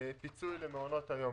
פיצוי למעונות היום.